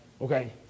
okay